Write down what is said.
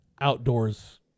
outdoors